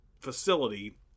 facility